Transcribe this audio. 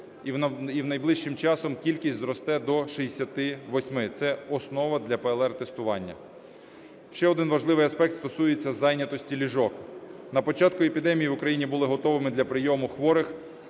і найближчим часом кількість зросте до 68. Це основа для ПЛР-тестування. Ще один важливий аспект стосується зайнятості ліжок. На початку епідемії в Україні були готовими для прийому хворих